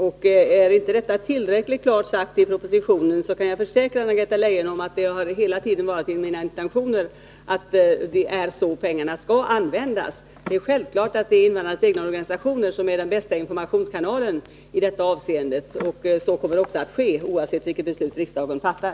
Och är detta inte tillräckligt klart utsagt i propositionen, så kan jag försäkra Anna-Greta Leijon att min intention hela tiden har varit att det är så pengarna skall användas, eftersom det är självklart att det är invandrarnas egna organisationer som är den bästa informationskanalen i detta avseende. Så kommer alltså också att ske, oavsett vilket beslut riksdagen fattar.